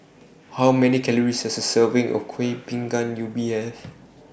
How Many Calories Does A Serving of Kuih Bingka Ubi Have